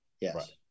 Yes